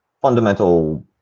fundamental